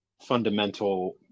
fundamental